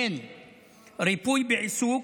והם ריפוי בעיסוק,